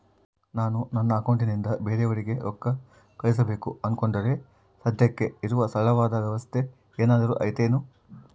ನಾನು ನನ್ನ ಅಕೌಂಟನಿಂದ ಬೇರೆಯವರಿಗೆ ರೊಕ್ಕ ಕಳುಸಬೇಕು ಅಂದುಕೊಂಡರೆ ಸದ್ಯಕ್ಕೆ ಇರುವ ಸರಳವಾದ ವ್ಯವಸ್ಥೆ ಏನಾದರೂ ಐತೇನು?